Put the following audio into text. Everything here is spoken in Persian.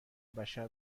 بشر